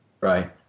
Right